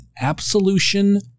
Absolution